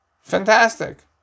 fantastic